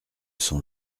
son